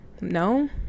no